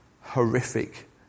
horrific